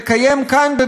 במדינת ישראל?